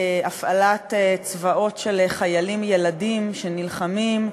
הפעלת צבאות של חיילים ילדים, שנלחמים,